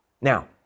Now